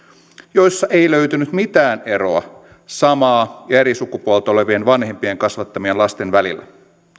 joissa ei löytynyt mitään eroa samaa ja eri sukupuolta olevien vanhempien kasvattamien lasten välillä